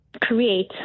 create